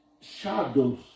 shadows